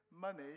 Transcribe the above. money